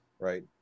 Right